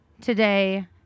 today